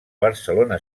barcelona